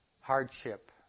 hardship